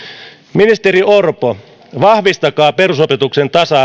ministeri orpo vahvistakaa perusopetuksen tasa